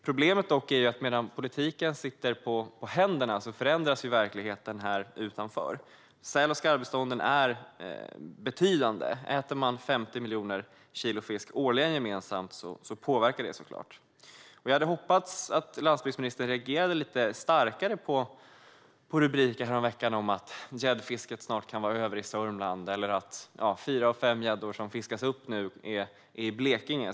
Problemet är att medan politiken sitter på händerna förändras verkligheten utanför. Säl och skarvbestånden är betydande - om man gemensamt äter 50 miljoner kilo fisk årligen påverkar detta såklart. Jag hade hoppats att landsbygdsministern skulle reagera lite starkare på rubriken häromveckan om att gäddfisket snart kan vara över i Sörmland och att fyra av fem gäddor som nu fiskas upp är i Blekinge.